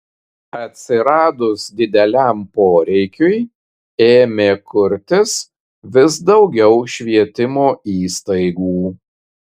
atsiradus dideliam poreikiui ėmė kurtis vis daugiau švietimo įstaigų